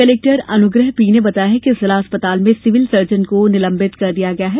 collector Anugrah P ने बताया है कि जिला अस्पताल के सिविल सर्जन को निलंबित कर दिया गया है